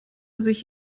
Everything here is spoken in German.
sich